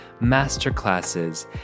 masterclasses